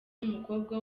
n’umukobwa